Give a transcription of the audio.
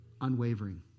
unwavering